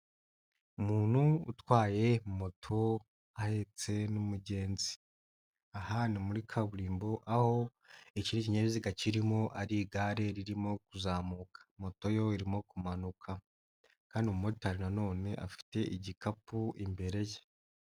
Umuntu utwaye moto ahetse n'umugenzi aha ni muri kaburimbo, aho ikindi kinyabiziga kirimo ari igare ririmo kuzamuka, moto yo irimo kumanuka kandi umumotari afite igikapu imbere ye.